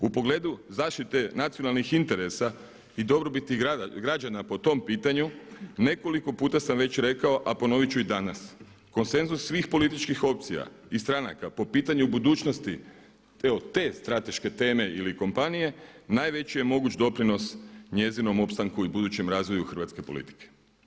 U pogledu zaštite nacionalnih interesa i dobrobiti građana po tom pitanju nekoliko puta sam već rekao, a ponovit ću i danas, konsenzus svih političkih opcija i stranaka po pitanju budućnosti te strateške teme ili kompanije, najveći je mogući doprinos njezinom opstanku i budućem razvoju hrvatske politike.